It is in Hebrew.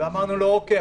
ואמרנו לו: אוקיי,